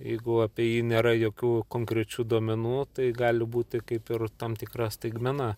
jeigu apie jį nėra jokių konkrečių duomenų tai gali būti kaip ir tam tikra staigmena